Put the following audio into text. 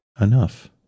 enough